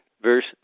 Verse